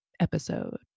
episode